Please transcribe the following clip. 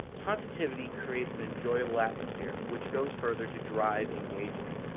positivity creates an enjoyable atmosphere, which goes further to drive engagement.